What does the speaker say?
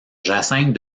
jacinthe